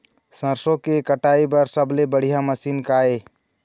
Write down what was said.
सरसों के कटाई बर सबले बढ़िया मशीन का ये?